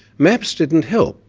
maps didn't help,